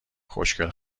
خوشگل